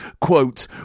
quote